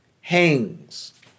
hangs